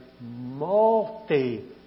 multi